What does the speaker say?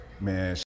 Man